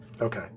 Okay